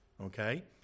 Okay